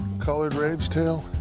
colored rage tail